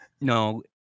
No